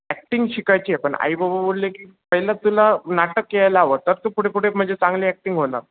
acting शिकायची आहे पण आई बाबा बोलले की पहिलं तुला नाटक यायला हवं तर तू पुढे पुढे म्हणजे चांगले ॲक्टिंग होणार